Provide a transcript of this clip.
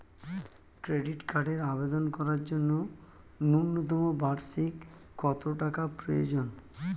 Credit কার্ডের আবেদন করার জন্য ন্যূনতম বার্ষিক কত টাকা প্রয়োজন?